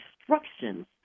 instructions